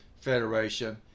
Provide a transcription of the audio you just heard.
Federation